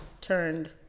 turned